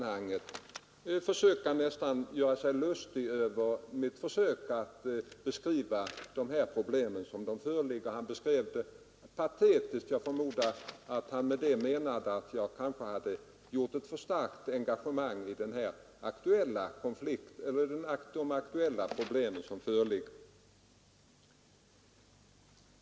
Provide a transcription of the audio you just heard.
Han försökte nästan att göra sig lustig över mitt försök att beskriva de problem som föreligger. Han beskrev det patetiskt. Jag förmodar att han med det menade att jag kanske haft ett för starkt engagemang i frågan.